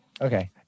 Okay